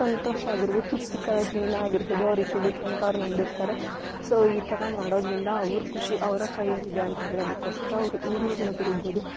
ಸಂತೋಷ ಆಗಿರ್ಬೋದು ತೃಪ್ತಿಕರ ಜೀವನ ಆಗಿರ್ಬೋದು ಅವ್ರಿಗೆ ಸಿಗುತ್ತೆ ಅಂತ ಅವ್ರು ನಂಬಿರ್ತಾರೆ ಸೊ ಈ ಥರ ಮಾಡೋದರಿಂದ ಅವ್ರ ಖುಷಿ ಅವರ ಕೈಯಲ್ಲಿ ಇದೆ ಅಂತ ಹೇಳೋದಕೋಸ್ಕರ ಅವ್ರು ಊರು ಊರನ್ನ ತಿರ್ಗ್ಬೋದು